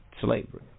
slavery